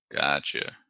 Gotcha